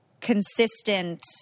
consistent